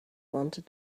wanted